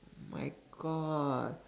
my God